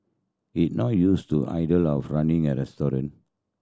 he's not used to idea of running a restaurant